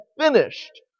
finished